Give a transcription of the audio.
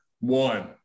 One